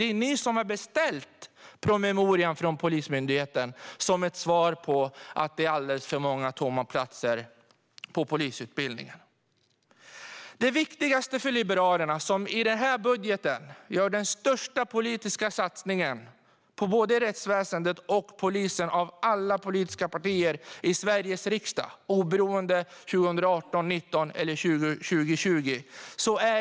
Det är ni som har beställt promemorian från Polismyndigheten, som ett svar på att det är alldeles för många tomma platser på polisutbildningen. Liberalerna gör i den här budgeten den största politiska satsningen på både rättsväsendet och polisen av alla politiska partier i Sveriges riksdag - så är det oberoende av om det gäller 2018, 2019 eller 2020.